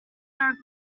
are